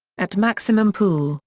at maximum pool,